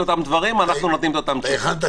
אותם דברים ואנחנו נותנים את אותן תשובות.